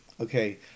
Okay